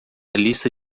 lista